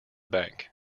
bank